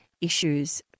issues